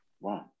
Wow